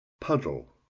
puddle